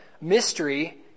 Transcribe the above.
mystery